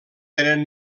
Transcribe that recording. tenen